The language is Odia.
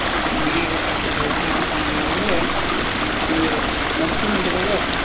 ଆଉ ଇଏ ଗୋଟେ ଭେଜ୍ରେ ଆଉ କ'ଣ ଦେବେ ବୋଲେ ଇଏ ମସ୍ରୁମ୍ ଗୋଟେ ଦେବେ